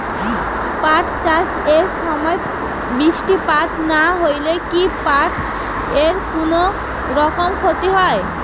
পাট চাষ এর সময় বৃষ্টিপাত না হইলে কি পাট এর কুনোরকম ক্ষতি হয়?